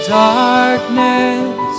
darkness